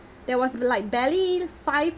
there was like barely five